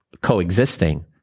coexisting